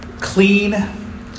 clean